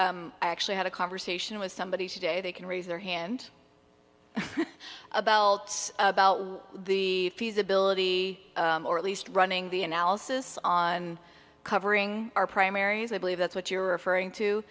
i actually had a conversation with somebody today they can raise their hand about about the feasibility or at least running the analysis on covering our primaries i believe that's what you're referring to